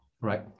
right